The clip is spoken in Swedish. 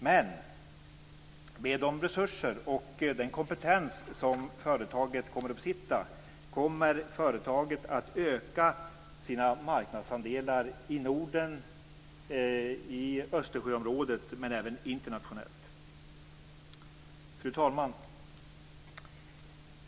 Men med de resurser och den kompetens som företaget kommer att besitta kommer företaget att öka sina marknadsandelar i Norden, i Östersjöområdet men även internationellt. Fru talman!